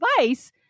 advice